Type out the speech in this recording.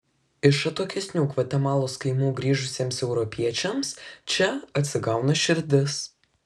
iš atokesnių gvatemalos kaimų grįžusiems europiečiams čia atsigauna širdis